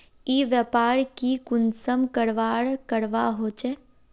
ई व्यापार की कुंसम करवार करवा होचे?